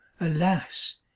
alas